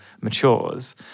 matures